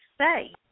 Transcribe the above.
say